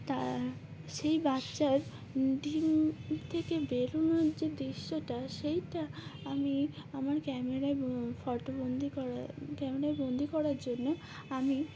তা সেই বাচ্চার ডিম থেকে বেরোনোর যে দৃশ্যটা সেইটা আমি আমার ক্যামেরায় ফটোবন্দি করা ক্যামেরায় বন্দি করার জন্য আমি